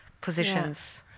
Positions